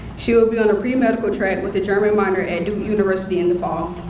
she will be on a pre-medical track with a german minor at duke university in the fall.